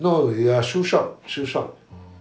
no they are shoe shop shoe shop